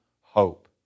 hope